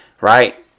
Right